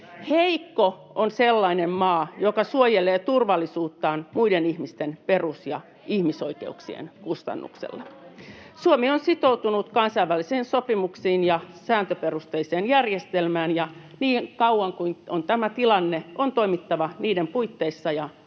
Heikko on sellainen maa, joka suojelee turvallisuuttaan muiden ihmisten perus- ja ihmisoikeuksien kustannuksella. Suomi on sitoutunut kansainvälisiin sopimuksiin ja sääntöperusteiseen järjestelmään, ja niin kauan kuin on tämä tilanne, on toimittava niiden puitteissa ja niiden